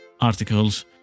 articles